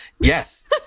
Yes